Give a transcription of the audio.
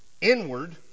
inward